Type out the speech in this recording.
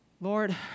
Lord